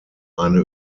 eine